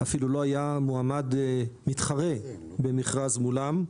אפילו לא היה מועמד מתחרה במכרז מולם.